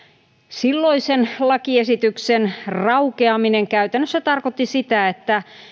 silloisen lakiesityksen raukeaminen käytännössä tarkoitti sitä että